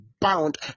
bound